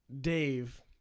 Dave